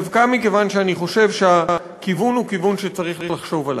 דווקא מכיוון שאני חושב שהכיוון הוא כיוון שצריך לחשוב עליו.